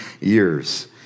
years